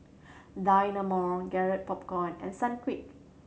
Dynamo Garrett Popcorn and Sunquick